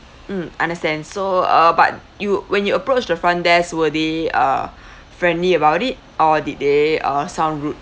mm understand so uh but you when you approach the front desk were they uh friendly about it or did they uh sound rude